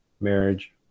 marriage